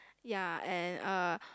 ya and uh